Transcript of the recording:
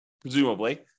presumably